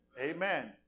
Amen